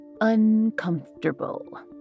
uncomfortable